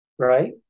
Right